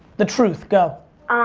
the truth, go.